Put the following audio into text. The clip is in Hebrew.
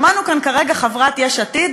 שמענו כאן כרגע חברת יש עתיד.